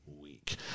week